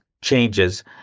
changes